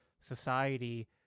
society